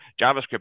JavaScript